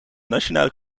nationale